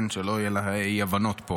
שלא יהיו פה אי-הבנות.